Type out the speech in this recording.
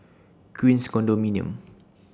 Queens Condominium